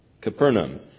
Capernaum